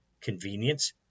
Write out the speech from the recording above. convenience